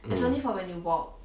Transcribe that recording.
mm